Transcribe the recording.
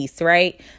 Right